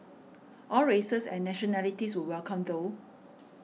all races and nationalities were welcome though